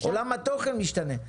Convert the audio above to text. עולם התוכן משתנה.